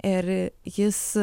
ir jis